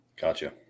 Gotcha